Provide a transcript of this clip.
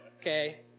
okay